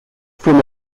from